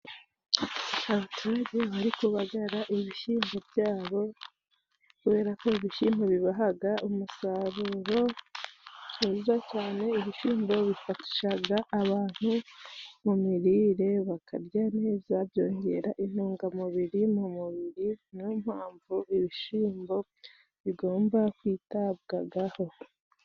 Abaturage bari kubagara ibishimbo byabo ,kubera ko ibishimbo bibahaga umusaruro mwiza cyane .Ibishimbo bifashaga abantu mu mirire bakarya neza byongera intungamubiri mu mubiri niyo mpamvu ibishimbo bigomba kwitabwagaho.